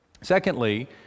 Secondly